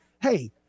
hey